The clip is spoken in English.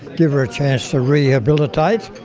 give her a chance to rehabilitate.